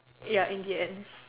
ya in the end